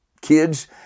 kids